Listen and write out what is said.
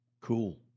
cool